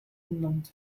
benannt